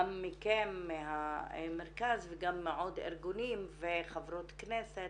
גם מכם מהמרכז וגם מעוד ארגונים וחברות כנסת,